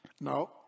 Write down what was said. No